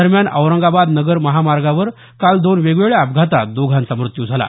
दरम्यान औरंगाबाद नगर महामार्गावर दोन वेगवेगळ्या अपघातात दोघांचा मृत्यू झाला